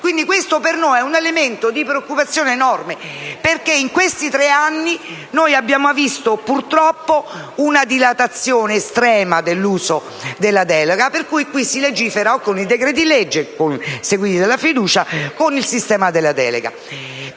Questo è per noi un elemento di preoccupazione enorme, perché nei tre anni trascorsi abbiamo visto, purtroppo, una dilatazione estrema dell'uso della delega per cui qui si legifera o con decreti-legge seguiti dalla fiducia o con il sistema della delega.